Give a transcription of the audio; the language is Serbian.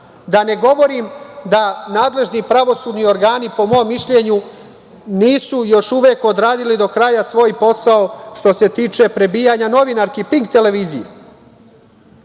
da ne govorim da nadležni pravosudni organi po mom mišljenju nisu još uvek odradili do kraja svoj posao što se tiče prebijanja novinarki Pink televizije,